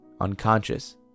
unconscious